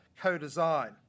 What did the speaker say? co-design